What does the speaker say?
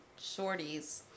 Shorties